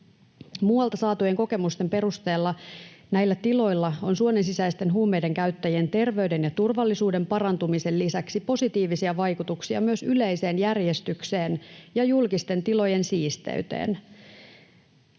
Muualta saatujen kokemusten perusteella näillä tiloilla on suonensisäisten huumeidenkäyttäjien terveyden ja turvallisuuden parantumisen lisäksi positiivisia vaikutuksia myös yleiseen järjestykseen ja julkisten tilojen siisteyteen.